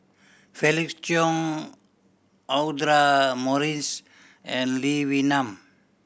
Felix Cheong Audra Morrice and Lee Wee Nam